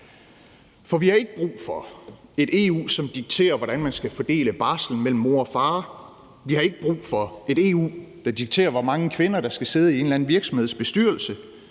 For vi har ikke brug for et EU, som dikterer, hvordan man skal fordele barslen mellem mor og far. Vi har ikke brug for et EU, som dikterer, hvor mange kvinder der skal sidde i en eller anden virksomheds bestyrelse.